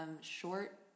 short